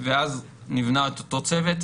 אז נבנה אותו צוות,